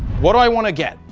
what i want to get,